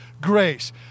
grace